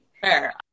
fair